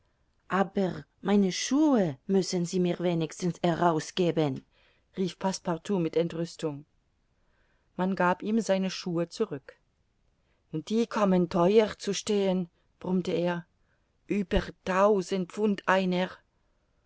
aber meine schuhe müssen sie wenigstens herausgeben rief passepartout mit entrüstung man gab ihm seine schuhe zurück die kommen theuer zu stehen brummte er ueber tausend pfund einer